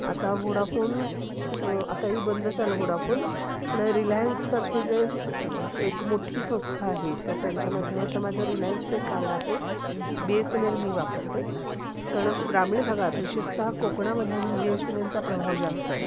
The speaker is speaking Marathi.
आता वोडाफोन आताही बंद झालं वोडाफोन पण रिलायन्ससारखे जे एक मोठी संस्था आहे तर त्यांच्या माध्यमात माझं रिलायन्सचे एक कार्ड आहे बी एस एन एल मी वापरते कारण ग्रामीण भागात विशेषतः कोकणामध्ये अजून बी एस एन एलचा प्रभाव जास्त आहे